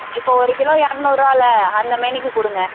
இப்போ ஒரு கிலோ இரநூறுவால்ல அந்த மேரிக்கு கொடுங்க